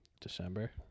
december